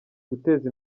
guteza